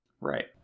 Right